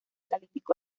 calificó